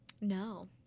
No